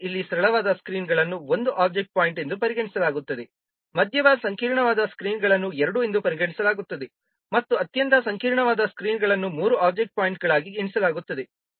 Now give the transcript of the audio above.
ಆದ್ದರಿಂದ ಇಲ್ಲಿ ಸರಳವಾದ ಸ್ಕ್ರೀನ್ಗಳನ್ನು 1 ಒಬ್ಜೆಕ್ಟ್ ಪಾಯಿಂಟ್ ಎಂದು ಪರಿಗಣಿಸಲಾಗುತ್ತದೆ ಮಧ್ಯಮ ಸಂಕೀರ್ಣವಾದ ಸ್ಕ್ರೀನ್ಗಳನ್ನು 2 ಎಂದು ಪರಿಗಣಿಸಲಾಗುತ್ತದೆ ಮತ್ತು ಅತ್ಯಂತ ಸಂಕೀರ್ಣವಾದ ಸ್ಕ್ರೀನ್ಗಳನ್ನು 3 ಒಬ್ಜೆಕ್ಟ್ ಪಾಯಿಂಟ್ಗಳಾಗಿ ಎಣಿಸಲಾಗುತ್ತದೆ